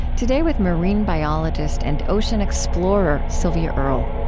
today, with marine biologist and ocean explorer sylvia earle.